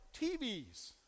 TVs